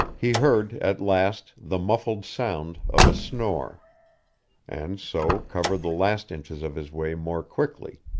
he heard, at last, the muffled sound of a snore and so covered the last inches of his way more quickly.